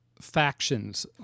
factions